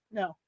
no